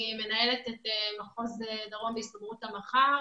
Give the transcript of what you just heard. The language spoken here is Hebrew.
אני מנהלת את מחוז דרום בהסתדרות המח"ר.